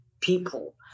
people